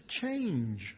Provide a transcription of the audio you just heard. change